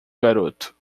garoto